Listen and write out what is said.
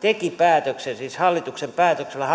teki päätöksen siis hallituksen päätöksellä